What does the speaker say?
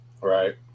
Right